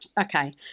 Okay